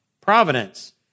providence